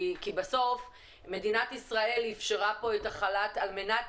כי בסוף מדינת ישראל אפשרה את החל"ת על מנת